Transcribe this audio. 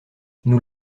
nous